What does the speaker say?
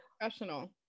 professional